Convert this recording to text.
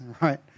right